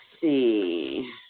see